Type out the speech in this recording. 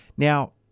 Now